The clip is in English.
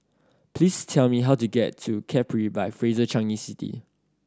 please tell me how to get to Capri by Fraser Changi City